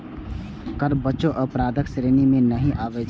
कर बचाव अपराधक श्रेणी मे नहि आबै छै